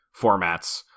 formats